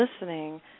listening